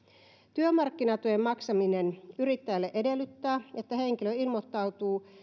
työmarkkinatuen maksaminen yrittäjille edellyttää että henkilö ilmoittautuu